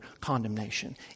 condemnation